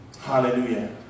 Hallelujah